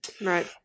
Right